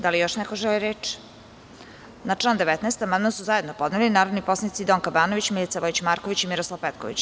Da li još neko želi reč? (Ne) Na član 19. amandman su zajedno podneli narodni poslanici Donka Banović, Milica Vojić Marković i Miroslav Petković.